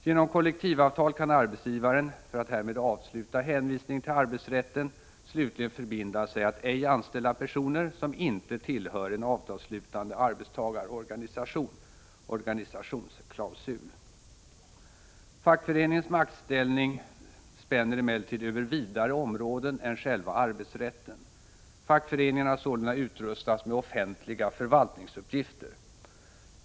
Genom kollektivavtal kan arbetsgivaren — för att härmed avsluta hänvisningen till arbetsrätten — slutligen förbinda sig att ej anställa personer som inte tillhör en avtalsslutande arbetstagarorganisation — organisationsklausul. Fackföreningens maktställning spänner emellertid över vidare områden än själva arbetsrätten. Fackföreningen har sålunda utrustats med offentliga förvaltningsuppgifter.